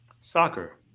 soccer